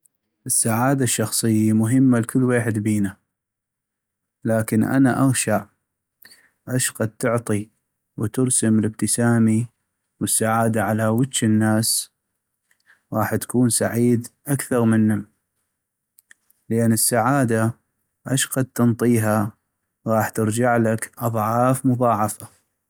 السعادة الشخصي مهمة لكل ويحد بينا ، لكن انا اغشع اشقد تعطي وترسم الابتسامي والسعادة على وج الناس ، غاح تكون سعيد اكثغ منم لأن السعادة اشقد تنطيها غاح ترجعلك أضعاف مضاعفة ،